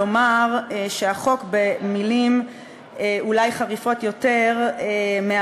לומר במילים אולי חריפות יותר שהחוק